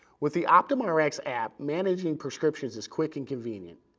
with the optumrx app, managing prescriptions is quick and convenient.